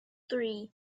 three